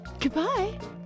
Goodbye